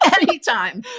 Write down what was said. Anytime